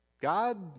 God